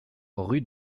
rue